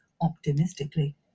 optimistically